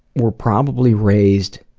were probably raised